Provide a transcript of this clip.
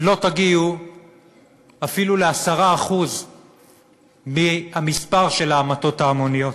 לא תגיעו אפילו ל-10% מהמספר של ההמתות ההמוניות.